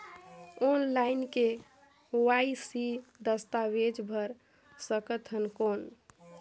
Online KYC दस्तावेज भर सकथन कौन?